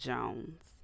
Jones